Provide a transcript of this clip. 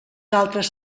altres